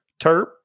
terp